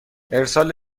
ارسال